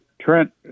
Trent